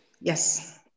Yes